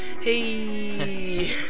Hey